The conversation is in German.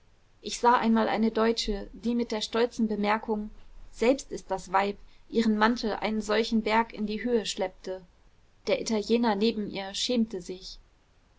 ich sah einmal eine deutsche die mit der stolzen bemerkung selbst ist das weib ihren mantel einen solchen berg in die höhe schleppte der italiener neben ihr schämte sich